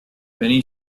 many